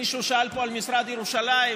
מישהו שאל פה על משרד ירושלים.